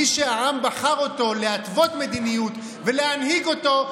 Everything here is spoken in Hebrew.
מי שהעם בחר אותו להתוות מדיניות ולהנהיג אותו,